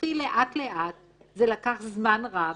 התחיל לאט לאט זה לקח זמן רב,